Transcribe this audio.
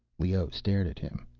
leoh stared at him,